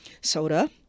soda